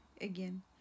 again